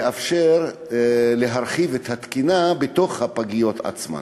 לאפשר להרחיב את התקינה בתוך הפגיות עצמן.